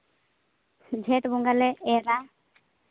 ᱡᱷᱮᱸᱴ ᱵᱚᱸᱜᱟᱞᱮ ᱮᱨᱟ